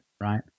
right